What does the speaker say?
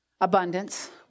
abundance